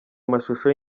amashusho